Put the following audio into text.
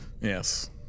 Yes